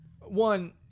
One